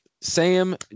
Sam